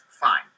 Fine